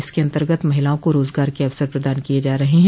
इसके अन्तर्गत महिलाओं को रोजगार के अवसर प्रदान किये जा रहे हैं